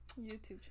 YouTube